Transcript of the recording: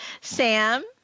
Sam